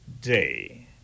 day